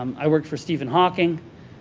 um i worked for stephen hawking,